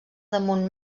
damunt